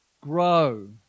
Grow